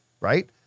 right